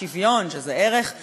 משמעותי ומרכזי.